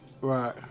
Right